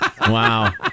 Wow